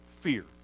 fear